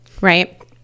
right